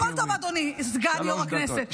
הכול טוב, אדוני סגן יו"ר הכנסת.